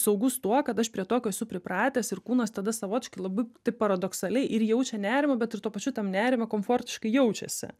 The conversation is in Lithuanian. saugus tuo kad aš prie tokio esu pripratęs ir kūnas tada savotiškai labai taip paradoksaliai ir jaučia nerimą bet ir tuo pačiu tam nerime komfortiškai jaučiasi